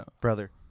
brother